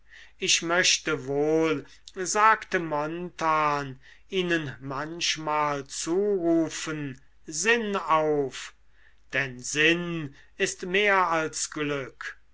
ich möchte wohl sagte montan ihnen manchmal zurufen sinn auf denn sinn ist mehr als glück